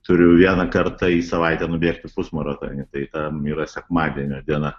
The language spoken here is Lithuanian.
turiu vieną kartą į savaitę nubėgti pusmaratonį tai tam yra sekmadienio diena